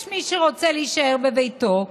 יש מי שרוצה להישאר בביתו,